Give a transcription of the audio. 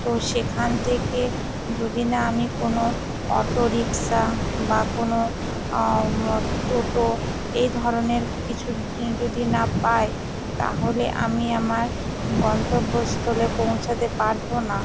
তো সেখান থেকে যদি না আমি কোনও অটো রিক্সা বা কোনও টোটো এই ধরনের কিছু যদি না পাই তাহলে আমি আমার গন্তব্যস্থলে পৌঁছাতে পারবো না